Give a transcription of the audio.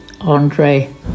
Andre